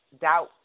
doubt